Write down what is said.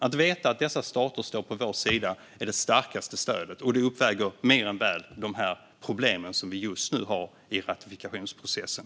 Att veta att dessa stater står på vår sida är det starkaste stödet, och det uppväger mer än väl de problem vi just nu har i ratifikationsprocessen.